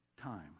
time